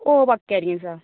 ഓ പക്ക ആയിരിക്കും സർ